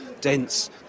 dense